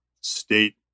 state